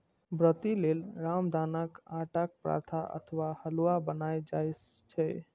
व्रती लेल रामदानाक आटाक पराठा अथवा हलुआ बनाएल जाइ छै